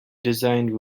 designed